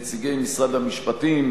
נציגי משרד המשפטים,